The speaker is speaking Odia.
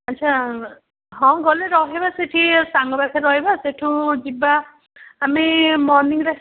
ଆଚ୍ଛା ହଁ ଗଲେ ରହିବା ସେଠି ସାଙ୍ଗ ପାଖରେ ରହିବା ସେଠୁ ଯିବା ଆମେ ମର୍ଣ୍ଣିଂରେ